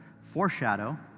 foreshadow